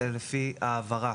אלא לפי ההעברה.